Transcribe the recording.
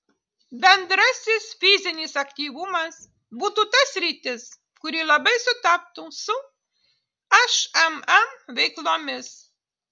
bendrasis fizinis aktyvumas būtų ta sritis kuri labai sutaptų su šmm veiklomis